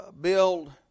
build